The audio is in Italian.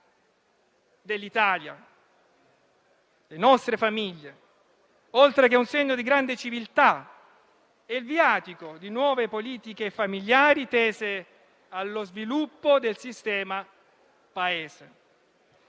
dell'Italia, le nostre famiglie, oltre che un segno di grande civiltà e il viatico di nuove politiche familiari, tese allo sviluppo del sistema Paese.